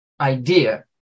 idea